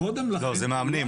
שקודם לכן --- לא, זה מאמנים.